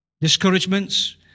discouragements